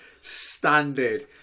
standard